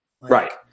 Right